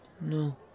No